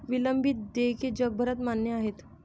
विलंबित देयके जगभरात मान्य आहेत